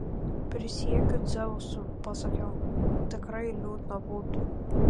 prisiekiu dzeusu pasakiau tikrai liūdna būtų